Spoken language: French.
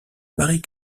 marie